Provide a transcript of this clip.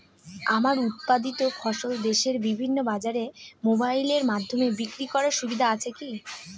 আমার উৎপাদিত ফসল দেশের বিভিন্ন বাজারে মোবাইলের মাধ্যমে বিক্রি করার সুবিধা আছে কি?